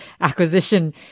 acquisition